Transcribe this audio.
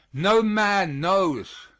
no man knows.